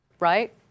Right